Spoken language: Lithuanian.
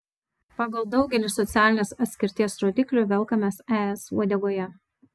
pagal daugelį socialinės atskirties rodiklių velkamės es uodegoje